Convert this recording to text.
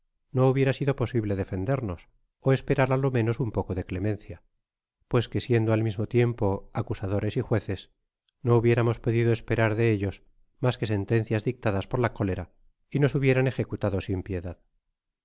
no hubiera sido posible defendernos ó esperar á lo menos un poco de clemencia pues que siendo al mismo tiempo acusadores y jueces no hubiéramos podido esperar de ellos mas que sentencias dictadas por la cólera y nos hubieran ejecutado sin piedad